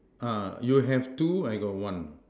ah you have two I got one